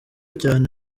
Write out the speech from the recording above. cyane